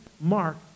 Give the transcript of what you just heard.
Mark